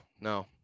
no